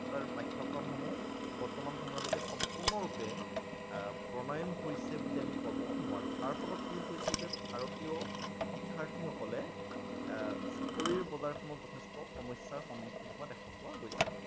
পাঠ্যক্ৰম সমুহ বৰ্তমান সময়লৈকে সম্পূৰ্ণৰূপে প্ৰণয়ন হৈছে বুলি আমি ক'ব নোৱাৰোঁ তাৰ ফলত কি হৈছে যে ভাৰতীয় শিক্ষাৰ্থীসকলে চাকৰিৰ বজাৰখনত যথেষ্ট সমস্যাৰ সন্মুখীন হোৱা দেখা পোৱা গৈছে